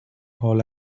hall